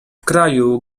kraju